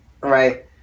right